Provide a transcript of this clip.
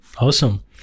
Awesome